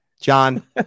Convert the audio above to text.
john